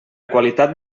qualitat